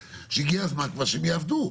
שהגיע הזמן כבר שהם יעבדו.